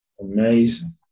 Amazing